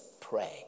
pray